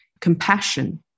compassion